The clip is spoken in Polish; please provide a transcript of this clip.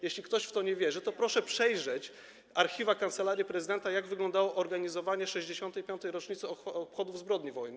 Jeśli ktoś w to nie wierzy, to proszę przejrzeć archiwa Kancelarii Prezydenta, jak wyglądało organizowanie 65. rocznicy obchodów zbrodni wojennej.